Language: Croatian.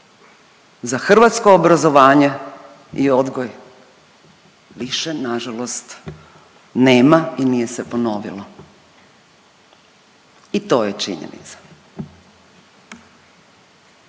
za hrvatsko obrazovanje i odgoj više nažalost nema i nije se ponovilo i to je činjenica.